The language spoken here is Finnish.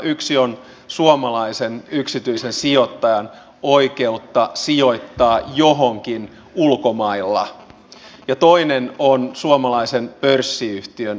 yksi on suomalaisen yksityisen sijoittajan oikeus sijoittaa johonkin ulkomailla ja toinen on suomalaisen pörssiyhtiön toiminta